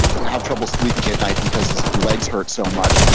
to have trouble sleeping at night because his legs hurt so much.